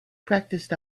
practiced